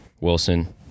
Wilson